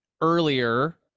earlier